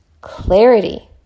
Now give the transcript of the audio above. clarity